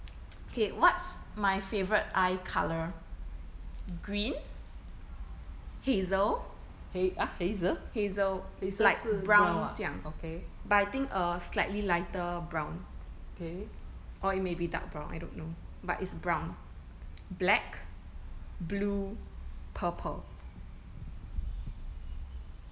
okay what's my favourite eye colour green hazel hazel is like brown 这样 okay but I think err slighty lighter brown or it may be dark brown I don't know but is brown black blue purple